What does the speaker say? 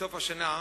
בסוף השנה,